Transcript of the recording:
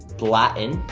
blatten.